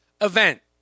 event